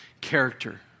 character